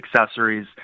accessories